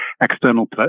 external